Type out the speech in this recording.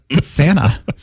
Santa